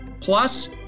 Plus